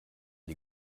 die